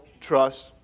trust